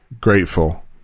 grateful